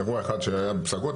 אירוע אחד שהיה בפסגות,